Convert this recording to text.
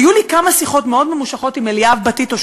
היו לי כמה שיחות מאוד ממושכות עם אליאב בטיטו,